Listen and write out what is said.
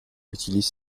utilise